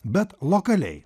bet lokaliai